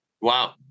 Wow